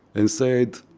and said,